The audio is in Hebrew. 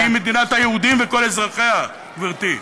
שהיא מדינת היהודים וכל אזרחיה, גברתי.